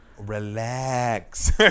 relax